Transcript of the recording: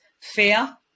Fear